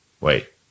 Wait